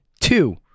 two